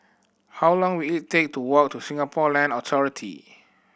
how long will it take to walk to Singapore Land Authority